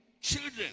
children